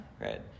right